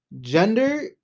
gender